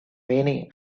many